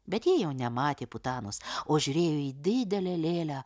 bet ji jau nematė putanos o žiūrėjo į didelę lėlę